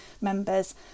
members